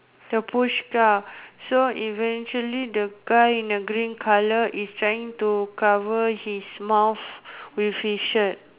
the push car so eventually the guy in the green colour is trying to cover his mouth with his shirt